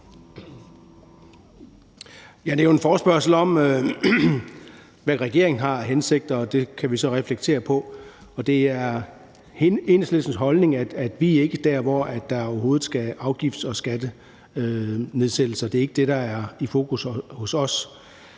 Det er jo en forespørgsel om, hvad regeringen har af hensigter, og det kan vi så reflektere over. Det er Enhedslistens holdning, at vi ikke er der, hvor der overhovedet skal være afgifts- og skattenedsættelser. Det er ikke det, der er i fokus hos os.